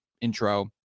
intro